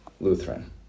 Lutheran